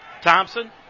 Thompson